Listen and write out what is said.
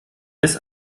bis